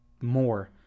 more